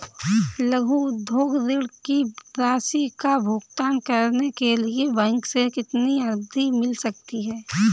लघु उद्योग ऋण की राशि का भुगतान करने के लिए बैंक से कितनी अवधि मिल सकती है?